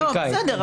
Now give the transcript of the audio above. בסדר,